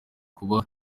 kuba